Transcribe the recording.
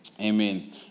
amen